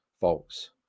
folks